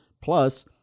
Plus